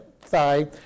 thigh